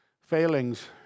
failings